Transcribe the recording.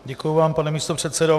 Děkuji vám, pane místopředsedo.